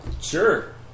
Sure